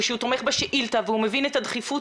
שהוא תומך בשאילתה והוא מבין את הדחיפות.